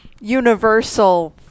universal